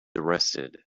arrested